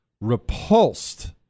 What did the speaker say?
repulsed